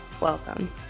Welcome